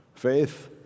Faith